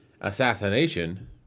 assassination